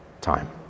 time